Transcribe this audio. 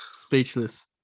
Speechless